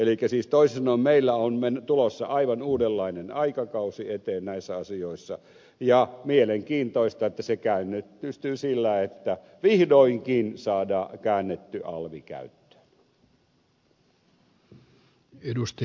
eli toisin sanoen meillä on tulossa aivan uudenlainen aikakausi eteen näissä asioissa ja on mielenkiintoista että se käynnistyy sillä että vihdoinkin saadaan käännetty alvi käyttöön